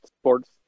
sports